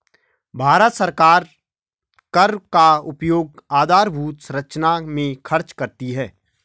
भारत सरकार कर का उपयोग आधारभूत संरचना में खर्च करती है